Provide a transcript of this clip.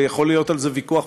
ויכול להיות על זה ויכוח,